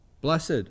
Blessed